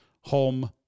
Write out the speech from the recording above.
home